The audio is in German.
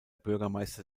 bürgermeister